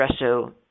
espresso